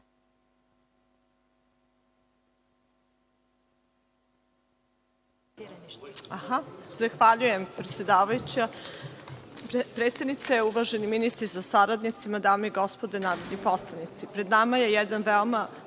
Zahvaljujem, predsedavajuća. Predsednice, uvaženi ministri sa saradnicima, dame i gospodo narodni poslanici, pred nama je jedan veoma